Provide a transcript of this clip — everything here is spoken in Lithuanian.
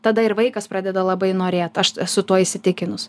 tada ir vaikas pradeda labai norėt aš esu tuo įsitikinus